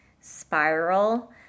spiral